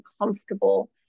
comfortable